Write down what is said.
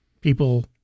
people